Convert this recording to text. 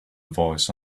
voice